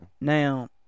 Now